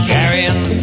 Carrying